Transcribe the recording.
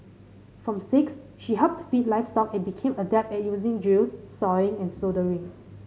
from six she helped feed livestock and became adept at using drills sawing and soldering